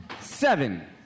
Seven